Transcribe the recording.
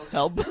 Help